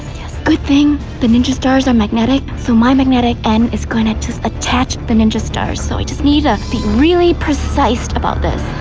yes, good thing. the ninja stars are magnetic, so my magnetic end is going ah to attach the ninja stars. so i just need to ah be really precise about this.